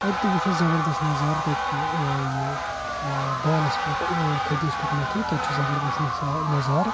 تتہِ تہِ وُچھ اسہِ زبردست نَظارٕ تتہِ چھُ ٲں یہِ ٲں بالَس پٮ۪ٹھ ٲں کھٔتۍ أسۍ تُکنَتھٕے تتہِ چھُ زبردست نَسارٕ نَظارٕ